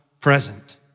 present